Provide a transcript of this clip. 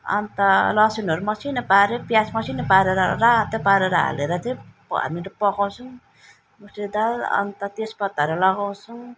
अन्त लसुनहरू मसिनो पाऱ्यो प्याज मसिनो पारेर रातो पारेर हालेर चाहिँ प हामीरू पकाउँछौँ मुसुरी दाल अन्त तेजपत्ताहरू लगाउँछौँ